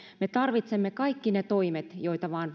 me tarvitsemme kaikki ne toimet joita vain